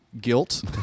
guilt